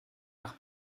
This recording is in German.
nach